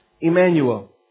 Emmanuel